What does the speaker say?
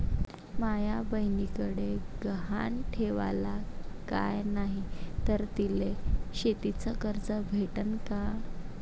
माया बयनीकडे गहान ठेवाला काय नाही तर तिले शेतीच कर्ज भेटन का?